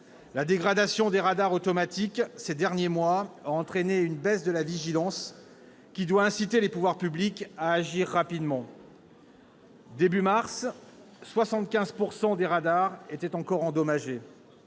La dégradation des radars automatiques au cours des derniers mois a entraîné une baisse de la vigilance, qui doit inciter les pouvoirs publics à agir rapidement. Début mars, 75 % des radars étaient encore endommagés